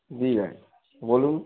দিই নাই বলুন